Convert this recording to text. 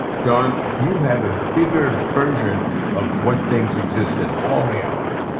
don, you have a bigger version of what things exist in all reality.